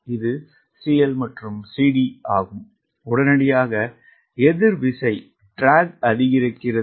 இது CL மற்றும் CD ஆகும் உடனடியாக எதிர் விசை அதிகரிக்கிறது